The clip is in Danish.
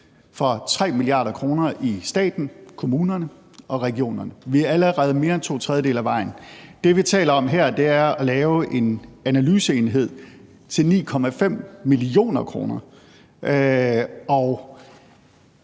med 3 mia. kr. i staten, kommunerne og regionerne. Vi er allerede mere end to tredjedele af vejen. Det, vi taler om her, handler om at lave en analyseenhed til 9,5 mio. kr.,